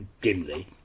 dimly